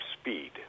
speed